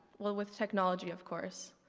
well, with technology of course.